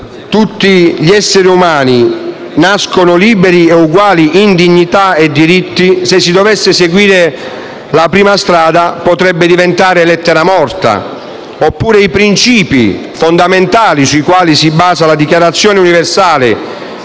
«tutti gli esseri umani nascono liberi e uguali in dignità e diritti», se si dovesse seguire la prima strada, potrebbe diventare lettera morta. Oppure i principi fondamentali sui quali si basa la Dichiarazione universale